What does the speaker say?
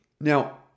Now